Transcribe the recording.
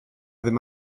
ddydd